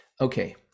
Okay